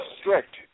strict